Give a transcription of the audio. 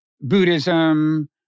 Buddhism